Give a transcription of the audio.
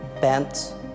bent